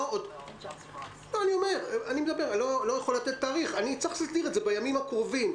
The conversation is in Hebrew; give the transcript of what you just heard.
לא יכול להגיד תאריך אבל צריך שזה יהיה בימים הקרובים,